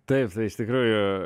taip tai iš tikrųjų